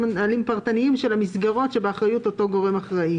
נהלים פרטניים של המסגרות שבאחריות אותו גורם אחראי